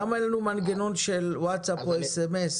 למה אין לנו מנגנון של ווטסאפ או סמ"ס